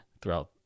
throughout